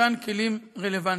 ומתן כלים רלוונטיים.